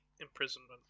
imprisonment